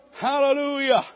hallelujah